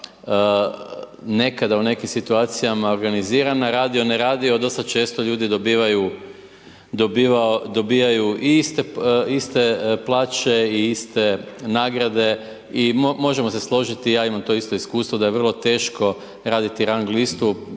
nekada u nekim situacijama organizirana, radio, ne radio dosta često ljudi dobivaju, dobijaju i iste plaće i iste nagrade i možemo se složiti, ja imam to isto iskustvo, da je vrlo teško raditi rang listu